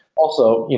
also,